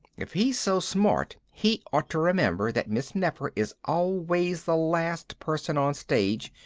if he's so smart he ought to remember that miss nefer is always the last person on stage,